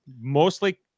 mostly